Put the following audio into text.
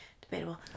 Debatable